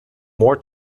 more